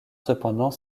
cependant